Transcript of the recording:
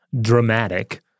dramatic